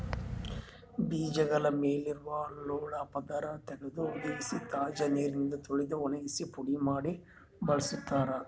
ಬೀಜಗಳ ಮೇಲಿರುವ ಲೋಳೆಯ ಪದರ ತೆಗೆದು ಹುದುಗಿಸಿ ತಾಜಾ ನೀರಿನಿಂದ ತೊಳೆದು ಒಣಗಿಸಿ ಪುಡಿ ಮಾಡಿ ಬಳಸ್ತಾರ